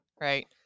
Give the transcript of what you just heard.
right